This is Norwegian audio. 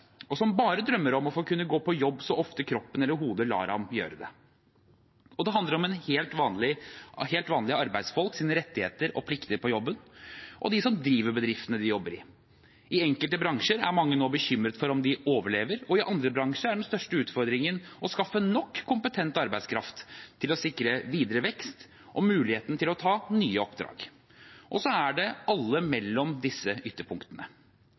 bare drømmer om å få kunne gå på jobb så ofte kroppen eller hodet lar ham gjøre det. Og det handler om helt vanlige arbeidsfolks rettigheter og plikter på jobben og om dem som driver bedriftene de jobber i. I enkelte bransjer er mange nå bekymret for om de overlever, og i andre bransjer er den største utfordringen å skaffe nok kompetent arbeidskraft til å sikre videre vekst og muligheten til å ta nye oppdrag. Og så er det alle mellom disse ytterpunktene.